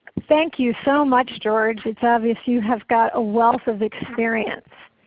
thank you so much, george. it's obvious you have got a wealth of experience.